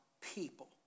people